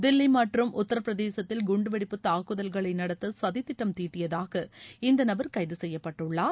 தில்லி மற்றும் உத்திரபிரதேசத்தில் குண்டு வெடிப்பு தாக்குதல்களை நடத்த சதி திட்டம் தீட்டியதாக இந்த நபர் கைது செய்யப்பட்டுள்ளார்